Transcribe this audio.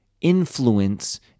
influence